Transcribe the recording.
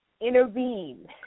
intervene